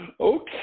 Okay